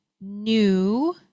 new